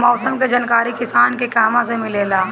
मौसम के जानकारी किसान के कहवा से मिलेला?